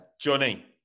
Johnny